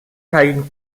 tagging